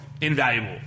invaluable